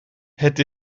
het